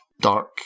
dark